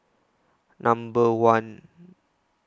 Number one